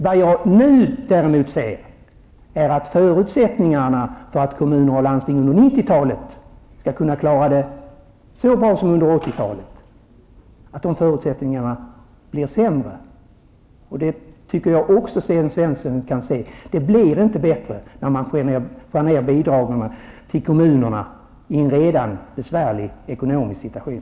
Vad jag nu däremot säger är att förutsättningarna för att kommuner och landsting under 90-talet skall kunna klara det lika bra som under 80-talet försämras. Och det blir inte bättre när man drar ned bidragen till kommunerna i en redan besvärlig ekonomisk situation.